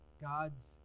God's